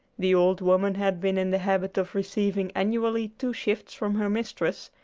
the old woman had been in the habit of receiving annually two shifts from her mistress,